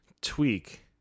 tweak